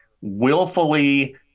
willfully